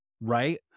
Right